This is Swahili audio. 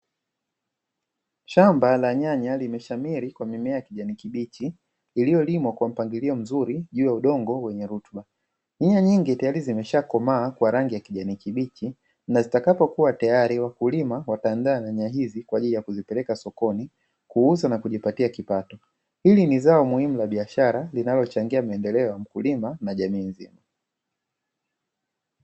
Shamba la nyanya limeshamiri kwa mimea ya kijani kibichi, iliyolimwa kwa mpangilio mzuri juu ya udongo wenye rutuba. Nyanya nyingi tayari zimeshakomaa kwa rangi ya kijani kibichi, na zitakapokua tayari wakulima wataandaa nyanya hizi kwa ajili ya kuzipeleka sokoni, kuuza na kujipatia kipato. Hili ni zao muhimu la biashara linalochangia maendeleo ya mkulima na jamii nzima.